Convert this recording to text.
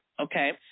okay